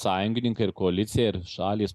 sąjungininkai ir koalicija ir šalys